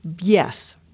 yes